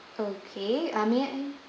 okay may I